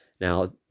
Now